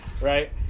Right